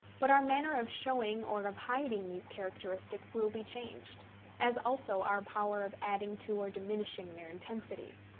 but our manner of showing or of hiding these characteristics will be changed as also our power of adding to or diminishing their intensity.